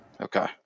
Okay